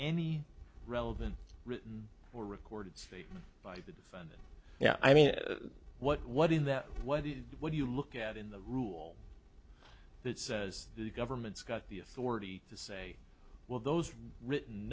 any relevant written or recorded statement by the defendant yeah i mean what what in that what did what do you look at in the rule that says the government's got the authority to say well those written